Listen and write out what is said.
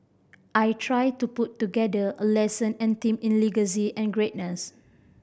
I tried to put together a lesson and themed it legacy and greatness